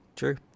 True